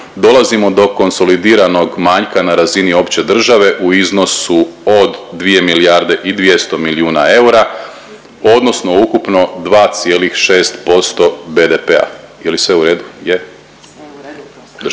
dolazimo do konsolidiranog manjka na razini opće države u iznosu od 2 milijarde i 200 milijuna eura odnosno ukupno 2,6% BDP-a. Je li sve u redu? Je.